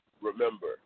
remember